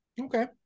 Okay